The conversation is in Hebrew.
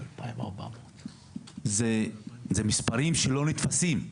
זה מספרים שלא נתפסים.